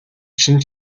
чинь